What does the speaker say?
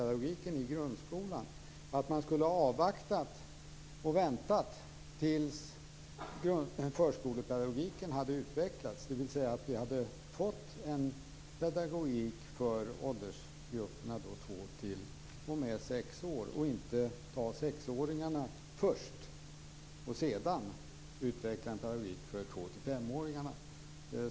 Jag tycker att den naturliga slutsatsen av det hade varit att avvakta och vänta tills förskolepedagogiken hade utvecklats och vi hade haft en pedagogik för åldersgruppen två till sex år, i stället för att ta sexåringarna först och sedan utveckla en pedagogik för två till femåringarna.